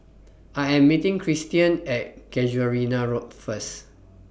I Am meeting Tristian At Casuarina Road First